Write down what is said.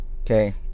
Okay